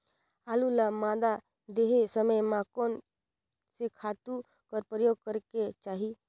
आलू ल मादा देहे समय म कोन से खातु कर प्रयोग करेके चाही?